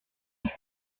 boy